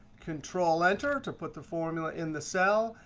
control enter to put the formula in the cell.